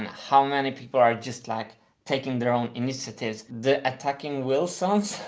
how many people are just like taking their own initiatives. the attacking wilson's.